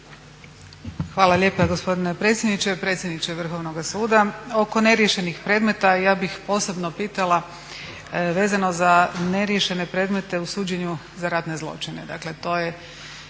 Hvala lijepa gospodine predsjedniče. Predsjedniče Vrhovnoga suda oko neriješenih predmeta ja bih posebno pitala vezano za neriješene predmete u suđenju za ratne zločine.